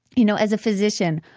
you know, as a physician,